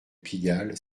pigalle